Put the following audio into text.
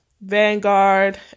Vanguard